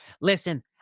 listen